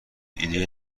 ایدهای